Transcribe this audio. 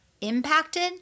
impacted